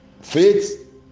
Faith